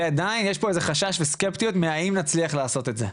ועדיין יש פה חשש וסקפטיות האם נצליח לעשות את זה.